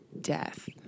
Death